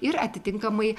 ir atitinkamai